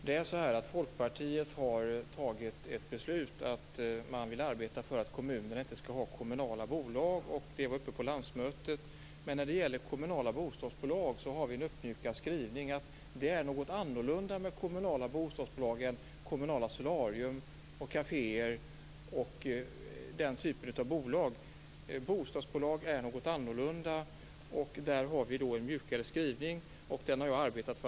Fru talman! Folkpartiet har fattat ett beslut om att man vill arbeta för att kommunerna inte skall ha kommunala bolag. Det var uppe på landsmötet. Men när det gäller kommunala bostadsbolag har vi en uppmjukad skrivning. Det är något annorlunda med kommunala bostadsbolag, liksom med kommunala solarier, caféer och den typen av bolag. Bostadsbolag är något annorlunda. Där har vi en mjukare skrivning, och det har jag arbetat för.